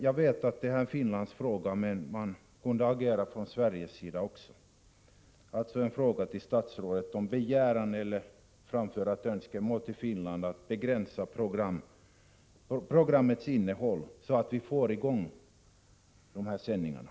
Jag vet att det är en fråga för Finland. Men för den skull kunde man väl agera från svensk sida också. Jag ber alltså statsrådet att till Finland framföra önskemålet om en begränsning av programmens innehåll, så att önskade sändningar kan komma i gång.